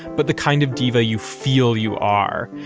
but the kind of diva you feel you are.